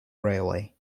railway